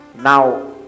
now